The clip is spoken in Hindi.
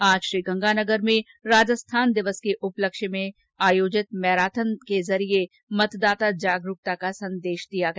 आज श्रीगंगानगर में राजस्थान दिवस के उपलक्ष में आज आयोजित मैराथन दौड़ के जरिये मतदाता जागरूकता संदेश दिया गया